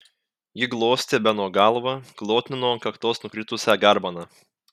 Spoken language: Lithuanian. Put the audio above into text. ji glostė beno galvą glotnino ant kaktos nukritusią garbaną